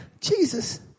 Jesus